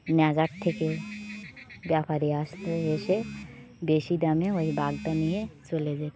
থেকে ব্যাপারী আসত এসে বেশি দামে ওই বাগদা নিয়ে চলে যেত